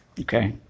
okay